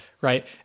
Right